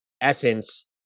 essence